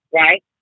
right